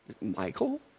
Michael